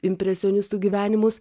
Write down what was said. impresionistų gyvenimus